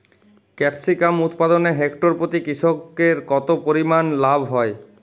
Capsicum উৎপাদনে hectare প্রতি কৃষকের কত পরিমান লাভ হয়?